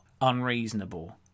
unreasonable